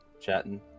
chatting